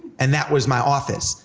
and that was my office.